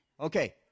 Okay